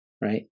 right